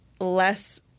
less